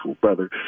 brother